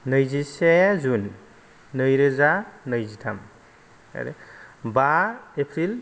नैजिसे जुन नैरोजा नैजिथाम आरो बा एप्रिल